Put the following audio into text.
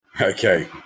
okay